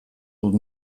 dut